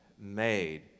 made